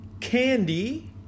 candy